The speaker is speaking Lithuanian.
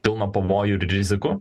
pilna pavojų ir rizikų